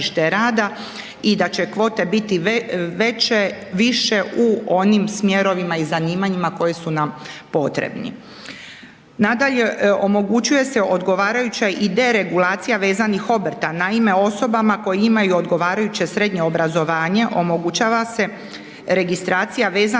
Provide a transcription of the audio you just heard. i da će kvote biti veće, više u onim smjerovima i zanimanjima koje su nam potrebni. Nadalje, omogućuje se odgovarajuća i deregulacija vezanih obrta, naime, osobama koje imaju odgovarajuće srednje obrazovanje, omogućava se registracija vezanog obrta